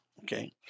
Okay